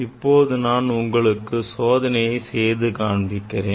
இப்போது நான் உங்களுக்கு சோதனையை செய்து காண்பிக்கிறேன்